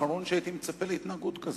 אתה האחרון שהייתי מצפה ממנו להתנהגות כזאת.